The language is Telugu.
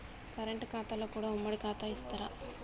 కరెంట్ ఖాతాలో కూడా ఉమ్మడి ఖాతా ఇత్తరా?